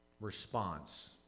response